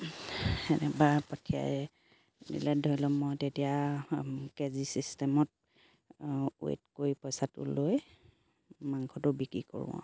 এনেবা পঠিয়াই দিলে ধৰি লওক মই তেতিয়া কেজি চিষ্টেমত ৱেট কৰি পইচাটো লৈ মাংসটো বিক্ৰী কৰোঁ আৰু